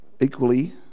Equally